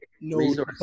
No